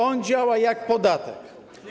On działa jak podatek.